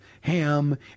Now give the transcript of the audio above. Ham